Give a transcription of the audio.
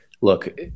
Look